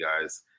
guys